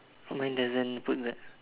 mine doesn't put that